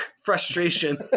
Frustration